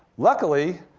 luckily,